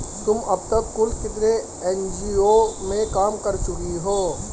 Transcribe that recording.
तुम अब तक कुल कितने एन.जी.ओ में काम कर चुकी हो?